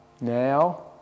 now